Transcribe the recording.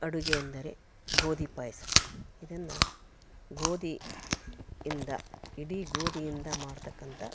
ಅಡುಗೆಯೆಂದರೆ ಗೋಧಿ ಪಾಯಸ ಇದನ್ನು ಗೋಧಿಯಿಂದ ಇಡೀ ಗೋಧಿಯಿಂದ ಮಾಡ್ತಕ್ಕಂಥ